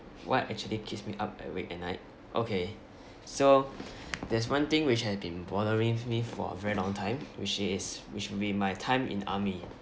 what actually keeps me up awake at night okay so there's one thing which has been bothering me for a very long time which is which would be my time in army